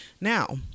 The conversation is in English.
now